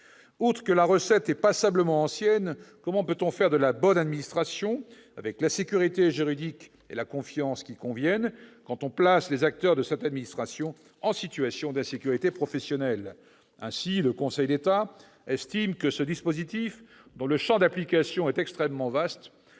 Outre que la recette est passablement ancienne, comment peut-on faire de la bonne administration, avec la sécurité juridique et la confiance qui conviennent, quand on place les acteurs de cette administration en situation d'insécurité professionnelle ? Ainsi, le Conseil d'État estime que « ce dispositif, dont le champ d'application est extrêmement vaste,